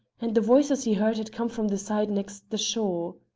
and the voices he heard had come from the side next the shore.